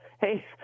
hey